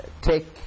take